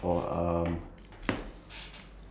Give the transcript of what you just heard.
that I can add in my